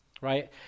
right